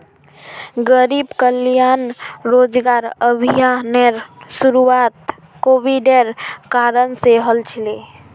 गरीब कल्याण रोजगार अभियानेर शुरुआत कोविडेर कारण से हल छिले